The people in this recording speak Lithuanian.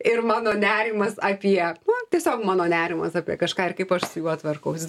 ir mano nerimas apie na tiesiog mano nerimas apie kažką ir kaip aš su juo tvarkausi